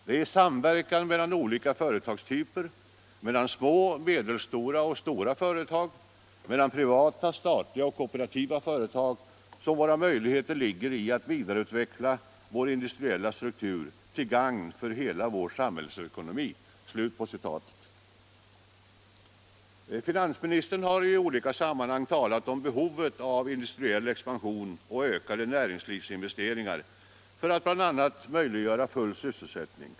Det är i samverkan mellan olika företagstyper — mellan små, medelstora och stora företag — mellan privata, statliga och kooperativa företag — som våra möjligheter ligger att vidareutveckla vår industriella struktur till gagn för hela vår samhällsekonomi.” Finansministern har i olika sammanhang talat om behovet av industriell expansion och ökade näringslivsinvesteringar för att bl.a. möjliggöra full sysselsättning.